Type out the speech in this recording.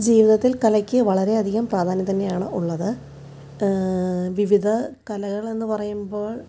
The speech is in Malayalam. ജീവിതത്തിൽ കലയ്ക്ക് വളരെയധികം പ്രാധാന്യം തന്നെയാണുള്ളത് വിവിധ കലകൾ എന്ന് പറയുമ്പോൾ